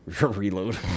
Reload